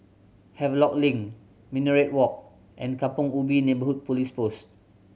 Havelock Link Minaret Walk and Kampong Ubi Neighbourhood Police Post